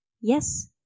Yes